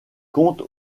compte